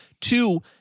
Two